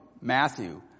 Matthew